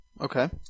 Okay